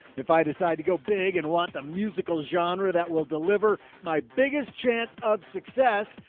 if i decide to go big and want a musical genre that will deliver my biggest chance um success,